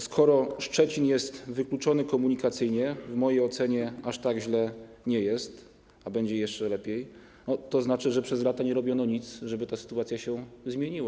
Skoro Szczecin jest wykluczony komunikacyjnie - w mojej ocenie aż tak źle nie jest, a będzie jeszcze lepiej - to oznacza, że przez lata nie robiono nic, żeby ta sytuacja się zmieniła.